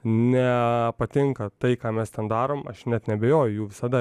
nepatinka tai ką mes ten darom aš net neabejoju jų visada